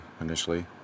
initially